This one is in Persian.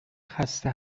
خسته